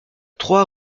trois